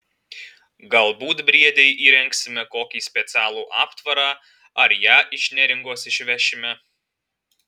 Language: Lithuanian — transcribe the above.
galbūt briedei įrengsime kokį specialų aptvarą ar ją iš neringos išvešime